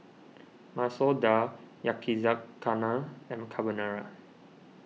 Masoor Dal Yakizakana and Carbonara